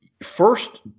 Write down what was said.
first